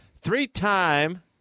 three-time